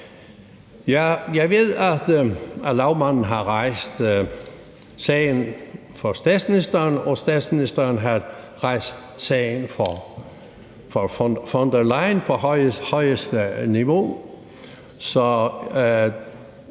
Jeg ved, at lagmanden har rejst sagen over for statsministeren, og at statsministeren har rejst sagen over for von der Leyen på højeste niveau.